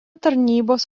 tarnybos